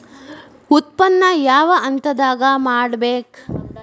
ಉತ್ಪನ್ನ ಯಾವ ಹಂತದಾಗ ಮಾಡ್ಬೇಕ್?